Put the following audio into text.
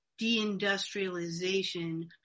deindustrialization